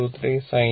23 sin t